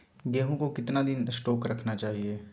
गेंहू को कितना दिन स्टोक रखना चाइए?